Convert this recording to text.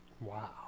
Wow